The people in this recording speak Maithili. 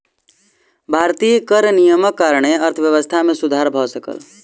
भारतीय कर नियमक कारणेँ अर्थव्यवस्था मे सुधर भ सकल